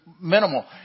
minimal